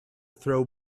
throw